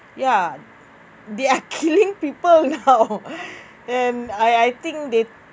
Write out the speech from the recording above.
ya they're killing people now and I I think they